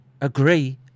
agree